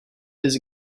his